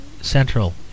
central